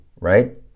right